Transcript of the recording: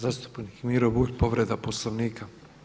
Zastupnik Miro Bulj, povreda Poslovnika.